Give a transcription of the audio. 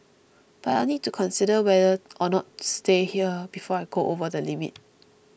but I'll need to consider whether or not to stay here before I go over the limit